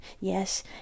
Yes